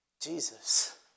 Jesus